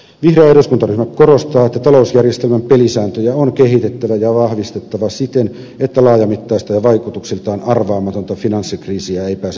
vihreä eduskuntaryhmä korostaa että talousjärjestelmän pelisääntöjä on kehitettävä ja vahvistettava siten että laajamittaista ja vaikutuksiltaan arvaamatonta finanssikriisiä ei pääse euroopassa syntymään